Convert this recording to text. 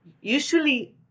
Usually